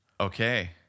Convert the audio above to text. Okay